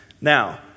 Now